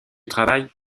travailles